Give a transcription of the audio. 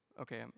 Okay